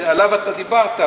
ועליו דיברת,